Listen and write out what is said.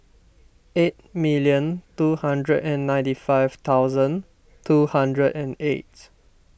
eight million two hundred and ninety five thousand two hundred and eight